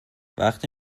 وقتی